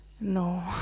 No